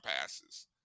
passes